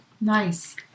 Nice